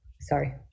Sorry